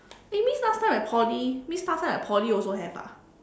it means last time my Poly means last time my Poly also have ah